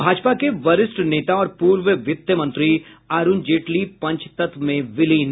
भाजपा के वरिष्ठ नेता और पूर्व वित्त मंत्री अरुण जेटली पंचतत्व में विलीन